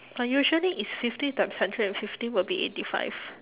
usually is fifty times hundred and fifty will be eighty five